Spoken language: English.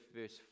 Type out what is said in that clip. verse